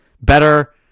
better